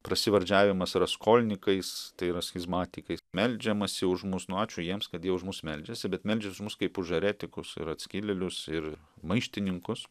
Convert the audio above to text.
prasivardžiavimas raskolnykais tai yra schizmatikais meldžiamasi už mus nu ačiū jiems kad jie už mus meldžiasi bet meldžiasi už mus kaip už eretikus ir atskilėlius ir maištininkus